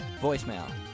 voicemail